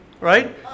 right